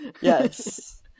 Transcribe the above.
Yes